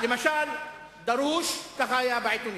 ככה היה בעיתונים,